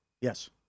Yes